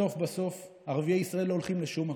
בסוף בסוף ערביי ישראל לא הולכים לשום מקום,